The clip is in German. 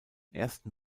ersten